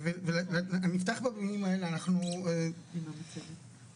אז בואו נבין למה, אני חוזרת ליותם.